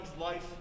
life